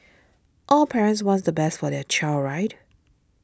all parents want the best for their child right